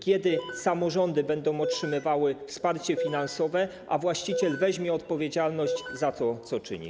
Kiedy samorządy będą otrzymywały wsparcie finansowe, a właściciel weźmie odpowiedzialność za to, co czyni?